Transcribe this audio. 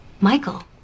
michael